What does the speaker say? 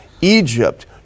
Egypt